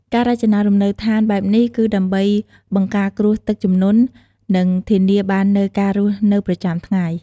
ការរចនាលំនៅឋានបែបនេះគឺដើម្បីបង្ការគ្រោះទឹកជំនន់ និងធានាបាននូវការរស់នៅប្រចាំថ្ងៃ។